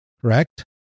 correct